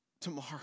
tomorrow